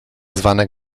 zwane